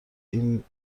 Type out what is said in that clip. این